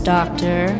Doctor